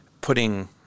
putting